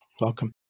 Welcome